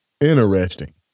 Interesting